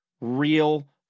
real